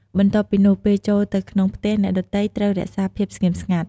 បន្ទាប់ពីនោះ ពេលចូលទៅក្នុងផ្ទះអ្នកដទៃត្រូវរក្សាភាពស្ងៀមស្ងាត់។